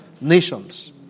Nations